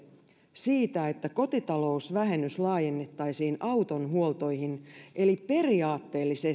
siitä että kotitalousvähennys laajennettaisiin auton huoltoihin eli periaatteellisesti